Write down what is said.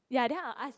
ya I'll ask